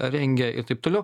rengia ir taip toliau